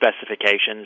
specifications